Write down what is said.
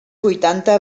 vuitanta